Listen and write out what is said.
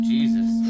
Jesus